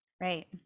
Right